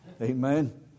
amen